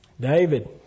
David